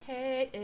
Hey